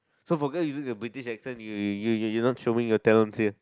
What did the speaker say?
so forget using the British accent you you you wouldn't showing your talents here